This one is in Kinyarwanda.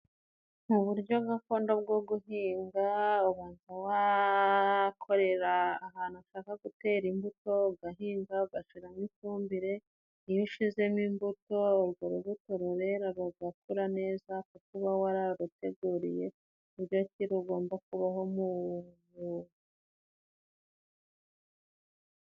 Mu buryo gakondo bwo guhinga, umuntu we akorera ahantu ashaka gutera imbuto, ugahinga ugashiramo ifumbire. Iyo ushizemo imbuto, urwo rubuto rurera rugakura neza kuko uba wararuteguriye buryo ki rugomba kubaho mu...mu...